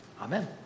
Amen